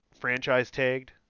franchise-tagged